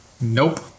Nope